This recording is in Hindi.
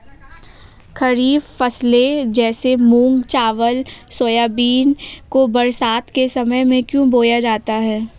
खरीफ फसले जैसे मूंग चावल सोयाबीन को बरसात के समय में क्यो बोया जाता है?